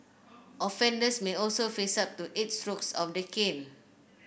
offenders may also face up to eight strokes of the cane